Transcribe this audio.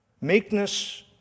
Meekness